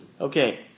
Okay